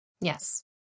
Yes